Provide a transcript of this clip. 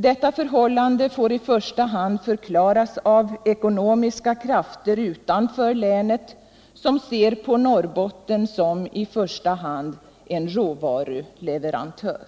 Detta förhållande får i första hand förklaras av ekonomiska krafter utanför länet som ser på Norrbotten som i första hand en råvaruleverantör.”